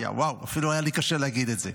ואו, אפילו היה לי קשה להגיד את זה.